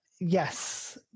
Yes